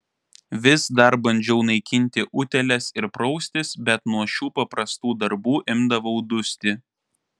vis dar bandžiau naikinti utėles ir praustis bet nuo šių paprastų darbų imdavau dusti